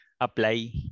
apply